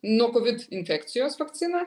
nuo kovid infekcijos vakciną